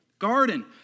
Garden